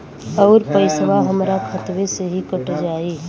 अउर पइसवा हमरा खतवे से ही कट जाई?